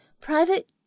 Private